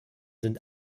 sind